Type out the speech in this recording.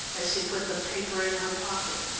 as she put the paper in her pocket.